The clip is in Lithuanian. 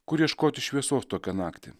kur ieškoti šviesos tokią naktį